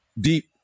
deep